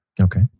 Okay